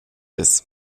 ist